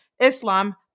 Islam